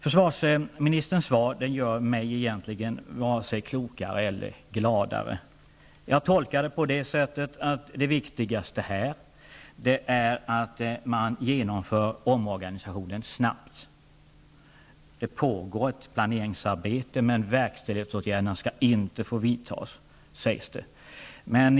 Försvarsministerns svar gör mig egentligen inte vare sig klokare eller gladare. Jag tolkar det så att det viktigaste här är att man genomför omorganisationen snabbt. Det pågår ett planeringsarbete, men verkställighetsåtgärderna skall inte få vidtas, sägs det.